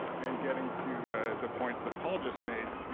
and getting to the points that paul just made,